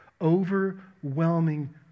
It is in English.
Overwhelming